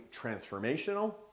Transformational